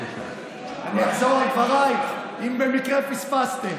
אני אחזור על דבריי, אם במקרה פספסתם.